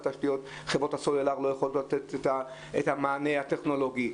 בגלל שחברות הסלולר לא יכולות לתת את המענה הטכנולוגי.